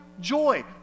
joy